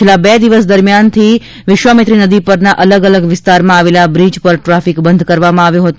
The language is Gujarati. છેલ્લા બે દિવસ દરમિયાન વિશ્વમિત્રી નદી પરના અલગ અલગ વિસ્તારમાં આવેલા બ્રિજ ઉપર ટ્રાફિક બંધ કરવામાં આવ્યો હતો